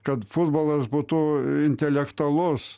kad futbolas būtų intelektualus